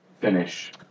finish